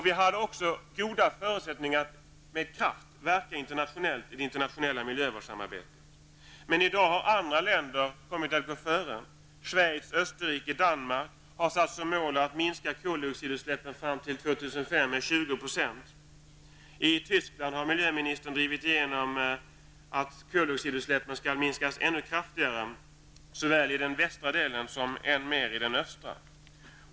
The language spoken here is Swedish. Vi hade också goda förutsättningar för att med kraft verka internationellt i det internationella miljövårdssamarbetet. I dag har andra länder kommit att gå före. Schweiz, Österrike och Danmark har satt som mål att minska koldioxidutsläppen fram till år 2005 med 20 %. I Tyskland har miljöministern drivit igenom att koldioxidutsläppen skall minskas ännu kraftigare, såväl i den västra delen som än mer i den östra.